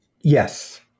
Yes